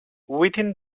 within